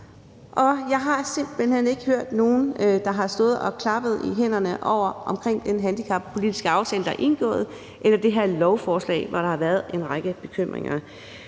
Jeg har simpelt hen ikke hørt nogen, der har stået og klappet i hænderne over den handicappolitiske aftale, der er indgået, eller det her lovforslag, hvor der været en række bekymringer.